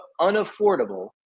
unaffordable